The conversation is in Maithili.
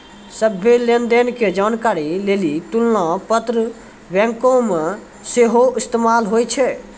सभ्भे लेन देन के जानकारी लेली तुलना पत्र बैंको मे सेहो इस्तेमाल होय छै